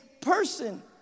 person